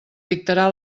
dictarà